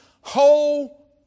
whole